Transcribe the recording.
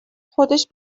خودش